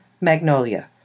Magnolia